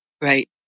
Right